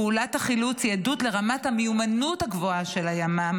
פעולת החילוץ היא עדות לרמת המיומנות הגבוהה של הימ"מ